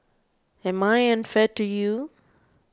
am I unfair to you